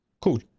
Cool